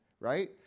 Right